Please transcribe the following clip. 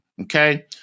Okay